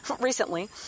recently